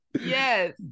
Yes